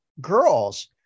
girls